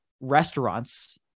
restaurants